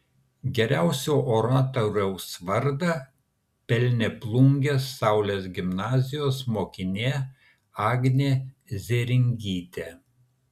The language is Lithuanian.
geriausio oratoriaus vardą pelnė plungės saulės gimnazijos mokinė agnė zėringytė